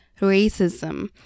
racism